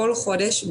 כל חודש,